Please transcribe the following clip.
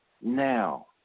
now